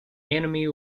enemy